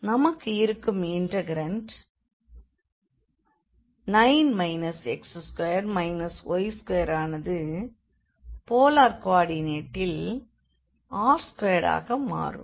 நமக்கு இருக்கும் integrand 9 x2 y2ஆனது போலார் கோ ஆர்டினேட்டில் r2ஆக மாறும்